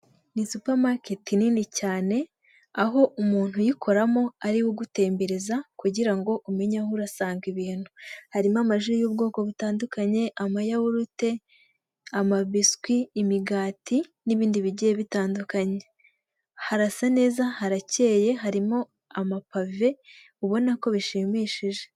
Ni supamaketi nini cyane aho umuntu uyikoramo ariwe ugutembereza kugira ngo umenye aho urasanga ibintu, harimo amajwi y'ubwoko butandukanye, amayawurute, amabiswi, imigati n'ibindi bigiye bitandukanye, harasa neza harakeyeye harimo amapave ubona ko bishimishije.